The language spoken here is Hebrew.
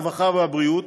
הרווחה והבריאות,